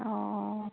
অঁ অঁ